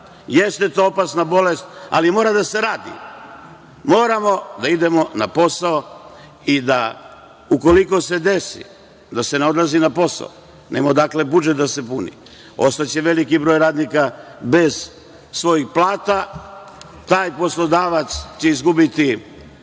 jeste opasna bolest, ali mora da se radi. Moramo da idemo na posao i da ukoliko se desi da se ne odlazi na posao, nema odakle budžet da se puni, ostaće veliki broj radnika bez svojih plata, taj poslodavac će izgubiti